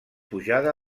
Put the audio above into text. pujada